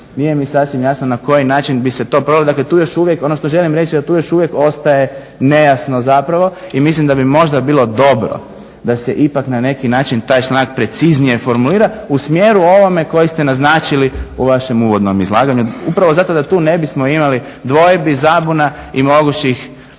nije mi sasvim jasno na koji način bi se to provelo. Dakle, tu je još uvijek, ono što želim reći, da tu još uvijek ostaje nejasno zapravo, i mislim da bi možda bilo dobro da se ipak na neki način taj članak preciznije formulira u smjeru ovome koji ste naznačili u vašem uvodnom izlaganju upravo zato da tu ne bismo imali dvojbi, zabuna i mogućih